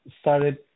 started